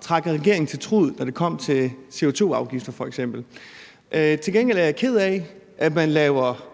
trak regeringen til truget, da det kom til f.eks. CO2-afgifter. Til gengæld er jeg ked af, at man laver